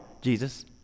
Jesus